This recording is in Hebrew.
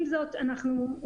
עם זאת אנחנו,